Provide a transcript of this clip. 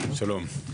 שלום.